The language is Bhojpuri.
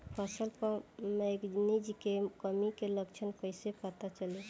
फसल पर मैगनीज के कमी के लक्षण कइसे पता चली?